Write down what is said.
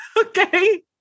okay